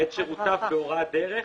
את שירותיו בהוראת דרך.